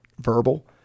verbal